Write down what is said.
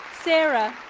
sara,